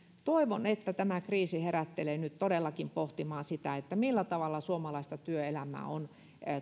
toivon että tämä kriisi herättelee nyt todellakin pohtimaan sitä millä tavalla suomalaista työelämää on